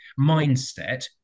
mindset